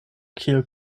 kiel